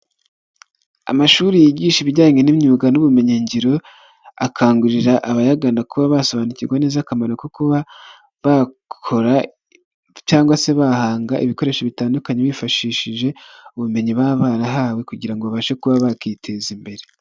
Amashuri yigisha ibijyanye n'imyuga n'ubumenyingiro, akangurira abayaganada kuba basobanukiwe neza akamaro ko kuba bakora cyangwa se bahanga ibikoresho bitandukanye bifashishije ubumenyi baba barahawe, kugira ngo babashe kuba bakwiteza imbere.